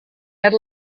had